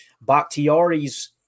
Bakhtiari's